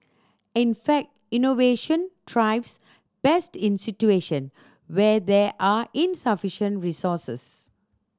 in fact innovation thrives best in situation where there are insufficient resources